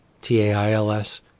T-A-I-L-S